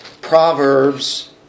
Proverbs